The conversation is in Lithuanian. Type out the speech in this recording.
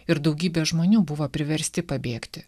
ir daugybė žmonių buvo priversti pabėgti